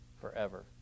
forever